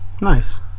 nice